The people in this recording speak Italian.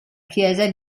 chiesa